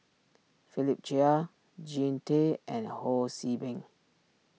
Philip Chia Jean Tay and Ho See Beng